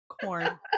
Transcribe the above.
Corn